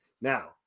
Now